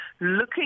looking